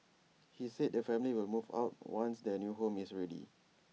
he said the family will move out once their new home is ready